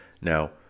now